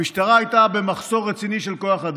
המשטרה הייתה במחסור רציני של כוח אדם,